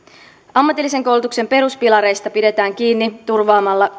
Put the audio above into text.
ammatillisen koulutuksen peruspilareista pidetään kiinni turvaamalla